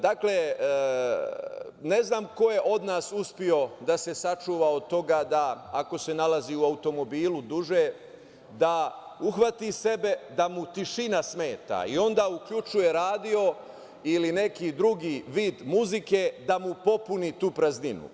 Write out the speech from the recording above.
Dakle, ne znam ko je od nas uspeo da se sačuva od toga da, ako se nalazi u automobilu duže da uhvati sebe da mu tišina smeta i onda uključuje radio ili neki drugi vid muzike da mu popuni tu prazninu.